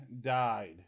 died